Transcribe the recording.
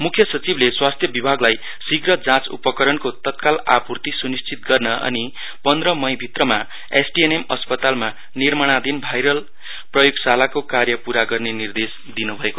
मुख्य सचिवले स्वास्थ्य विभागलाई शीघ्र जाँच उपकरणको तत्काल आपूर्ती सुनिश्चित गर्न अनि पन्द्र मई भित्रमा एसटिएनएम अस्पतालमा निर्माणधिन भाइरल प्रयोगशालाको कार्य पूरा गर्ने निर्देश दिनुभयो